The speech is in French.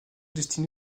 destiné